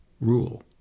rule